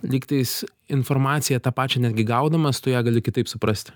lygtais informaciją tą pačią netgi gaudamas tu ją gali kitaip suprasti